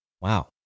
Wow